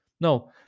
No